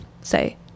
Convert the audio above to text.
say